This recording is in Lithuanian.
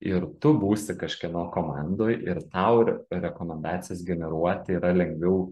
ir tu būsi kažkieno komandoj ir tau re rekomendacijas generuoti yra lengviau